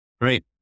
Great